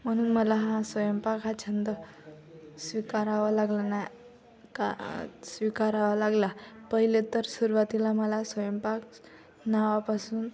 म्हणून मला हा स्वयंपाक हा छंद स्वीकारावा लागला नाही का स्वीकारावा लागला पहिले तर सुरुवातीला मला स्वयंपाक नावापासून